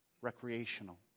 recreational